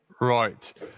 Right